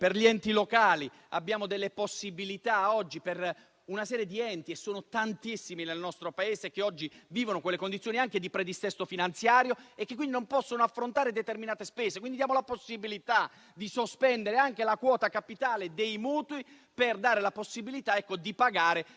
agli enti locali, abbiamo delle possibilità per una serie di enti - e sono tantissimi nel nostro Paese - che oggi vivono condizioni anche di pre-dissesto finanziario e che quindi non possono affrontare determinate spese. Diamo loro la possibilità di sospendere anche la quota capitale dei mutui per poter pagare